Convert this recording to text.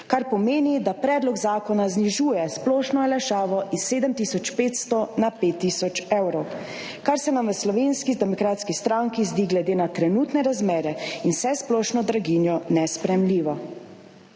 kar pomeni, da predlog zakona znižuje splošno olajšavo iz 7500 na 5 tisoč evrov, kar se nam v Slovenski demokratski stranki zdi glede na trenutne razmere in vsesplošno draginjo nesprejemljivo.